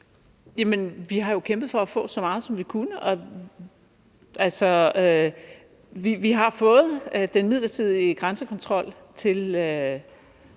(DF): Vi har jo kæmpet for at få så meget, som vi kunne, og vi har fået den midlertidige grænsekontrol til